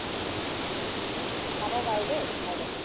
চাব বাৰু দেই বাইদেউ